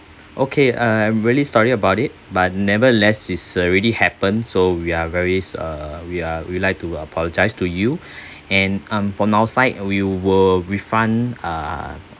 okay uh I'm really sorry about it but never less it's already happened so we are very s~ uh we are we like to apologise to you and um from our side we will refund uh